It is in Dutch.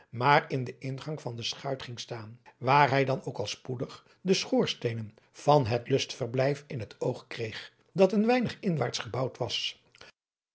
maar in den ingang van de schuit ging staan waar hij dan ook al spoedig de schoorsteenen van het lustverblijf in het oog kreeg dat een weinig inwaarts gebouwd was